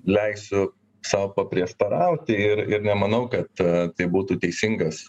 leisiu sau paprieštarauti ir ir nemanau kad tai būtų teisingas